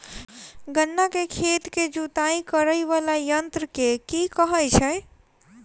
गन्ना केँ खेत केँ जुताई करै वला यंत्र केँ की कहय छै?